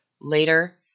later